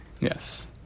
Yes